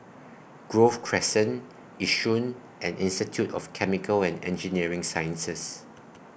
Grove Crescent Yishun and Institute of Chemical and Engineering Sciences